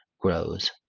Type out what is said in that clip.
grows